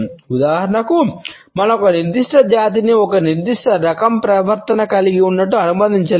ఉదాహరణకు మనం ఒక నిర్దిష్ట జాతిని ఒక నిర్దిష్ట రకం ప్రవర్తన కలిగి ఉన్నట్లు అనుబంధించలేము